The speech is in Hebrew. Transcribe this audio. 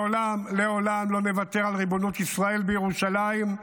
לעולם לעולם לא נוותר על ריבונות ישראל בירושלים,